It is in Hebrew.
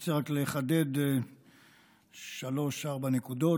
רוצה רק לחדד שלוש-ארבע נקודות.